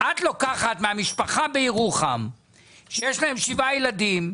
את לוקחת מהמשפחה בירוחם שיש להם שבעה ילדים.